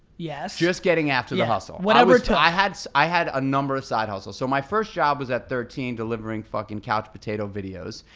yeah just getting after the hustle. whatever took. i had so i had a number of side hustles. so my first job was at thirteen delivering fucking couch potato videos.